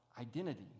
identity